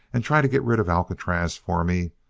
and try to get rid of alcatraz for me?